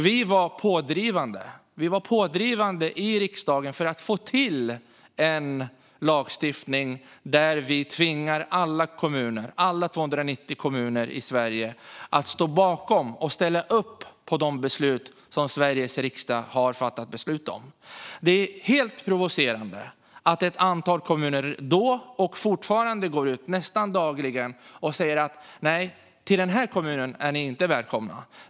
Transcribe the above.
Vi var pådrivande i riksdagen för att få till en lagstiftning där vi tvingar alla 290 kommuner i Sverige att stå bakom och ställa upp på de beslut som Sveriges riksdag har fattat. Det är mycket provocerande att ett antal kommuner fortfarande - de gjorde det då också - går ut nästan dagligen och säger: Nej, till den här kommunen är ni inte välkomna.